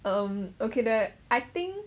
um okay the I think